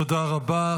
תודה רבה.